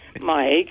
Mike